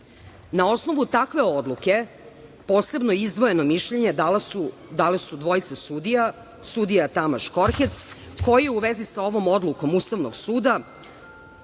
osnovu takve odluke, posebno izdvojeno mišljenje dala su dvojica sudija. Sudija Tamaš Koherc koji je u vezi sa ovom odlukom Ustavnog suda